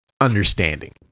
understanding